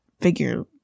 figure